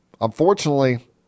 Unfortunately